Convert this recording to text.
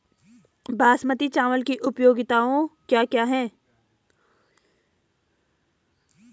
बासमती चावल की उपयोगिताओं क्या क्या हैं?